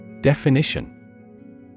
Definition